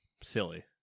silly